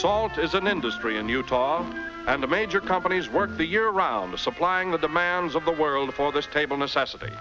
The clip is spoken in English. salt is an industry in utah and the major companies work the year round the supplying the demands of the world for this table necessity